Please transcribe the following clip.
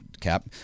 cap